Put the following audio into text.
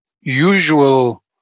usual